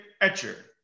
Etcher